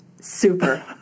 Super